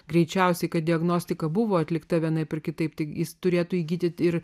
greičiausiai kad diagnostika buvo atlikta vienaip ar kitaip tik jis turėtų įgyti ir